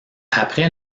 après